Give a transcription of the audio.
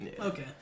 Okay